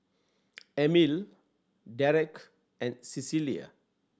Emil Dereck and Cecilia